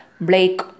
Blake